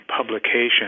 publication